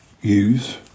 use